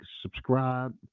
subscribe